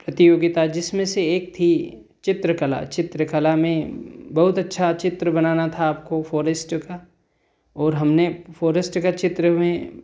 प्रतियोगिता जिसमें से एक थी चित्रकला चित्रकला में बहुत अच्छा चित्र बनाना था आपको फॉरेस्ट का और हमने फॉरेस्ट का चित्र में